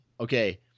okay